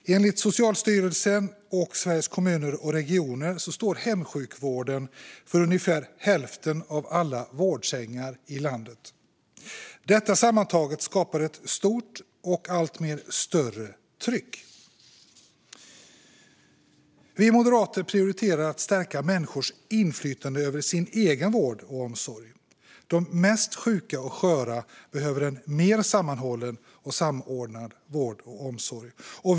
Enligt Socialstyrelsen och Sveriges Kommuner och Regioner står hemsjukvården för ungefär hälften av alla vårdsängar i landet. Detta sammantaget skapar ett allt större tryck. Vi moderater prioriterar att stärka människors inflytande över sin egen vård och omsorg. De mest sjuka och sköra behöver en mer sammanhållen och samordnad vård och omsorg.